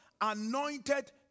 anointed